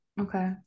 Okay